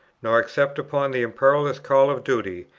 nor except upon the imperious call of duty,